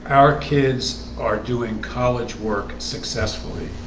our kids are doing college work successfully